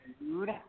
food